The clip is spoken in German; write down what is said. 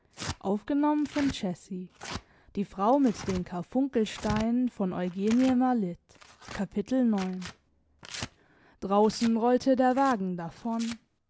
seelen draußen rollte der wagen davon